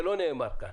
נאמר כאן.